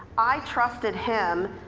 i trusted him.